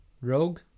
Rogue